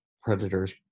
predators